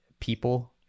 people